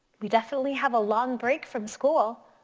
we definitely have a long break from school.